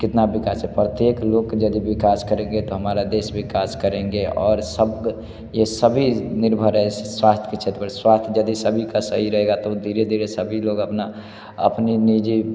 कितना विकास है प्रत्येक लोग को यदि विकास करेंगे तो हमारा देश विकास करेगा और सब ये सभी निर्भर है स्वास्थ्य के क्षेत्र पर स्वास्थ्य यदि सभी का सही रहेगा तो धीरे धीरे सभी लोग अपना अपनी निजी